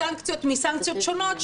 סנקציות מסנקציות שונות,